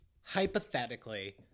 hypothetically